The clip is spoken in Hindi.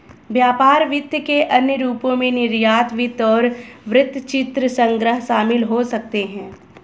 व्यापार वित्त के अन्य रूपों में निर्यात वित्त और वृत्तचित्र संग्रह शामिल हो सकते हैं